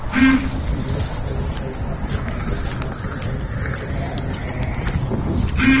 निवेश कइल पइसा के अवधि समाप्त भइले के केतना दिन बाद पइसा मिली?